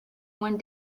one